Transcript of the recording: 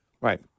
Right